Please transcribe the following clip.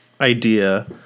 idea